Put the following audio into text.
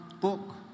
book